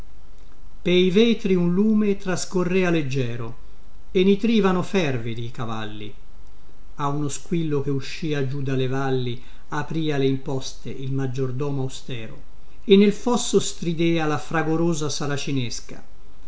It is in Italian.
pei vetri un lume trascorrea leggiero e nitrivano fervidi i cavalli a uno squillo che uscia giù dalle valli apria le imposte il maggiordomo austero e nel fosso stridea la fragorosa saracinesca